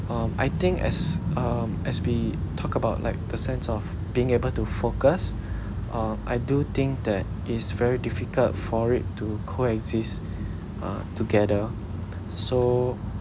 um I think as um as we talk about like the sense of being able to focus um I do think that it's very difficult for it to coexist uh together so